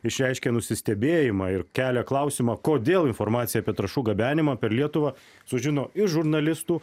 išreiškė nusistebėjimą ir kelia klausimą kodėl informacija apie trąšų gabenimo per lietuvą sužino iš žurnalistų